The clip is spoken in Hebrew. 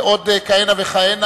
ועוד כהנה וכהנה.